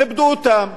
כיבדו אותם,